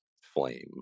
flame